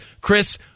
Chris